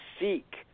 seek